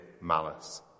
malice